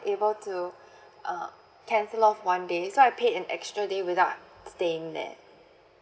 able to err cancel off one day so I paid an extra day without staying there